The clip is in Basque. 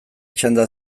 txanda